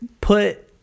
put